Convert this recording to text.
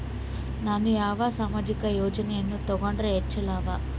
ನಾನು ಯಾವ ಸಾಮಾಜಿಕ ಯೋಜನೆಯನ್ನು ತಗೊಂಡರ ಹೆಚ್ಚು ಲಾಭ?